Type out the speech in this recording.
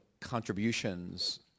contributions